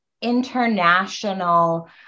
international